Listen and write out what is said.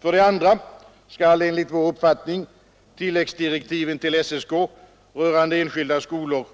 För det andra skall enligt vår uppfattning tilläggsdirektiven till SSK rörande enskilda skolor